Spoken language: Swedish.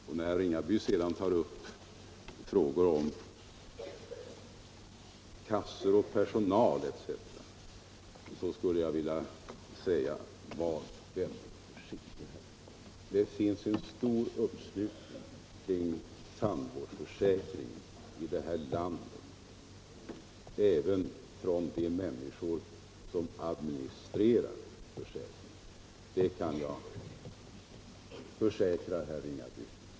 När herr Ringaby sedan tar upp frågan om kassor och personal etc. skulle jag vilja säga: Var väldigt försiktig! Det finns en stor uppslutning kring tandvårdsförsäkringen i det här landet även från de människor som administrerar försäkringen — det kan jag försäkra herr Ringaby.